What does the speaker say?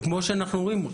וכמו שאנחנו אומרים,